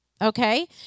Okay